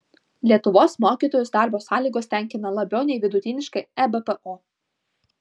lietuvos mokytojus darbo sąlygos tenkina labiau nei vidutiniškai ebpo